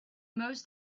most